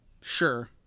Sure